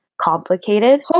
complicated